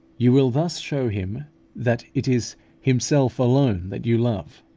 you will thus show him that it is himself alone that you love,